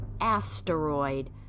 asteroid